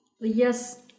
yes